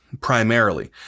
primarily